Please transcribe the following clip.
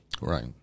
Right